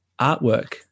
artwork